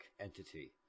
entity